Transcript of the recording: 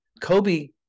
Kobe